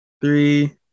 three